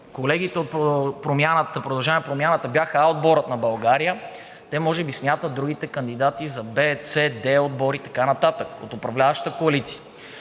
колегите от „Продължаваме Промяната“ бяха А отборът на България, те може би смятат другите кандидати за В, С, D отбори и така нататък от управляващата коалиция.